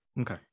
Okay